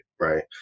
right